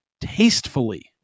tastefully